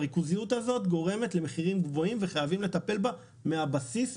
הריכוזיות הזאת גורמת למחירים גבוהים וחייבים לטפל בה מהבסיס,